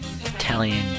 Italian